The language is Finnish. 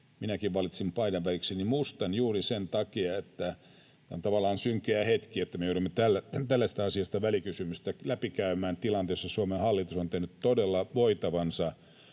minäkin valitsin paidan värikseni mustan juuri sen takia, että tämä on tavallaan synkeä hetki, että me joudumme tällaisesta asiasta välikysymystä läpikäymään tilanteessa, jossa Suomen hallitus on tehnyt todella voitavansa